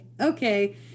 okay